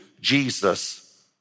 Jesus